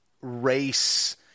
race –